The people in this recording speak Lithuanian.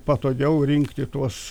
patogiau rinkti tuos